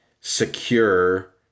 secure